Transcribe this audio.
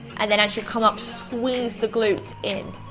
and then as you come up squeeze the glutes in.